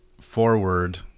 forward